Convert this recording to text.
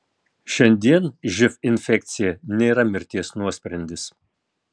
šiandien živ infekcija nėra mirties nuosprendis